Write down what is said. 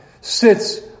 sits